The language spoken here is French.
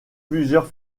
plusieurs